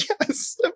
yes